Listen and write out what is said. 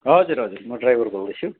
हजुर हजुर म ड्राइभर बोल्दैछु